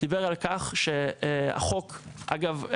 דיבר על כך שהחוק אגב,